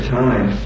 time